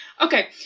Okay